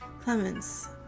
Clemens